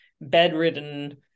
bedridden